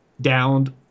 downed